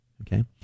okay